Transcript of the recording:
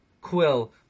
quill